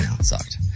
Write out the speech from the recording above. sucked